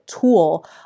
tool